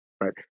right